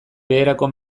beherako